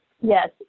Yes